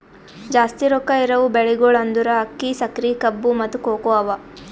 ಜಾಸ್ತಿ ರೊಕ್ಕಾ ಇರವು ಬೆಳಿಗೊಳ್ ಅಂದುರ್ ಅಕ್ಕಿ, ಸಕರಿ, ಕಬ್ಬು, ಮತ್ತ ಕೋಕೋ ಅವಾ